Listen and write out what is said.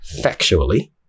factually